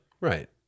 Right